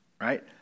right